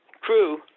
crew